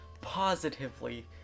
positively